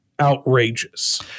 Outrageous